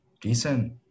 decent